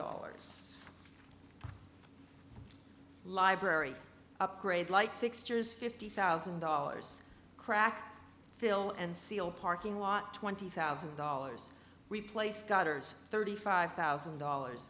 dollars library upgrade like fixtures fifty thousand dollars crack fill and seal parking lot twenty thousand dollars replace gutters thirty five thousand dollars